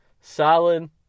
solid